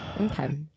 Okay